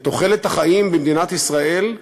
ותוחלת החיים במדינת ישראל,